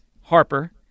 Harper